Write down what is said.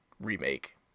remake